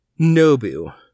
nobu